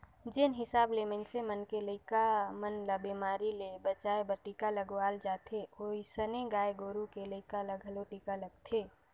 जेन हिसाब ले मनइसे मन के लइका मन ल बेमारी ले बचाय बर टीका लगवाल जाथे ओइसने गाय गोरु के लइका ल घलो टीका लगथे